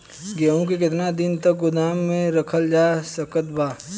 गेहूँ के केतना दिन तक गोदाम मे रखल जा सकत बा?